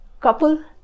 couple